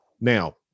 Now